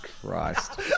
Christ